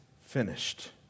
finished